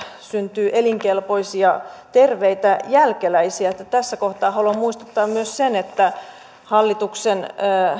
syntyy elinkelpoisia terveitä jälkeläisiä tässä kohtaa haluan muistuttaa myös siitä että hallituksen